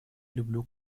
люблю